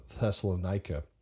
Thessalonica